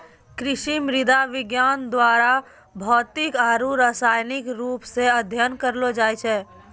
कृषि मृदा विज्ञान द्वारा भौतिक आरु रसायनिक रुप से अध्ययन करलो जाय छै